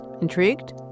Intrigued